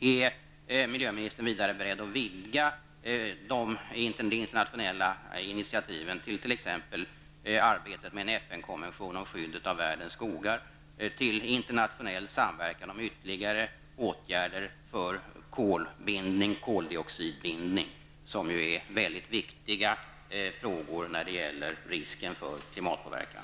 Är miljöministern vidare beredd att vidga de internationella initiativen till t.ex. arbetet med en FN-konvention om skyddet av världens skogar och till internationell samverkan om ytterligare åtgärder för kolbindning, koldioxidbindning? Detta är ju mycket viktiga frågor när det gäller risken för klimatpåverkan.